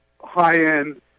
high-end